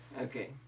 Okay